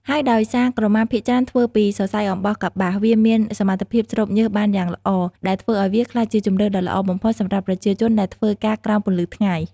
ហើយដោយសារក្រមាភាគច្រើនធ្វើពី សរសៃអំបោះកប្បាស វាមានសមត្ថភាព ស្រូបញើសបានយ៉ាងល្អ ដែលធ្វើឱ្យវាក្លាយជាជម្រើសដ៏ល្អបំផុតសម្រាប់ប្រជាជនដែលធ្វើការក្រោមពន្លឺថ្ងៃ។